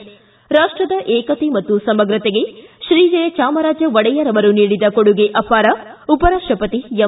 ಿ ರಾಷ್ಟದ ಏಕತೆ ಮತ್ತು ಸಮಗ್ರತೆಗೆ ಶ್ರೀ ಜಯಚಾಮರಾಜ ಒಡೆಯರ್ ಅವರು ನೀಡಿದ ಕೊಡುಗೆ ಅಪಾರ ಉಪರಾಷ್ಟಪತಿ ಎಂ